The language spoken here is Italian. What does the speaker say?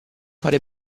fare